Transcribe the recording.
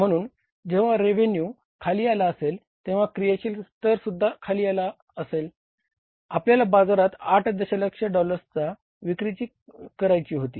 म्हणून जेव्हा रेव्हेन्यू होते